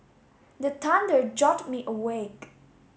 the thunder jolt me awake